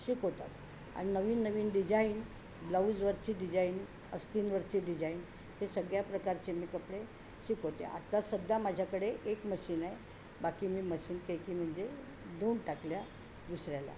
शिकवतात आणि नवीन नवीन डिजाईन ब्लाऊजवरची डिजाईन अस्तींवरचे डिजाईन हे सगळ्या प्रकारचे मी कपडे शिकवते आत्ता सध्या माझ्याकडे एक मशीन आहे बाकी मी मशीन काय की म्हणजे देऊन टाकल्या दुसऱ्याला